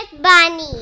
bunny